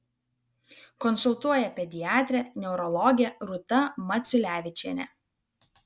konsultuoja pediatrė neurologė rūta maciulevičienė